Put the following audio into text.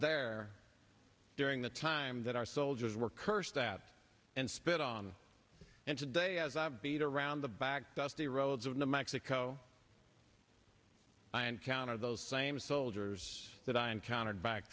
there during the time that our soldiers were cursed that and spit on and today as i've beat around the back dusty roads of new mexico i encountered those same soldiers that i encountered back